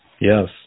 Yes